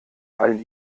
allen